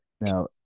Now